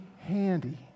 handy